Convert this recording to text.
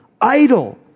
idle